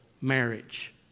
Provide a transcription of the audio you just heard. marriage